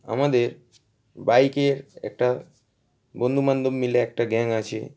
আমাদের বাইকের একটা বন্ধুবান্ধব মিলে একটা গ্যাং আছে